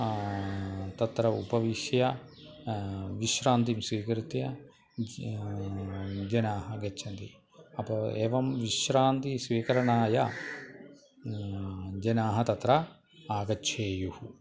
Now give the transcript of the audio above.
तत्र उपविश्य विश्रान्तिं स्वीकृत्य जनाः गच्छन्ति अप एवं विश्रान्तिस्वीकरणाय जनाः तत्र आगच्छेयुः